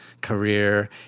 career